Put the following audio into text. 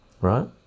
right